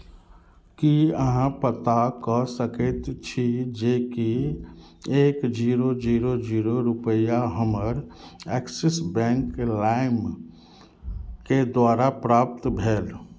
की अहाँ पता कऽ सकैत छी जेकि एक जीरो जीरो जीरो रुपैआ हमर एक्सिस बैंक लाइमके द्वारा प्राप्त भेल